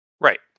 Right